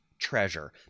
treasure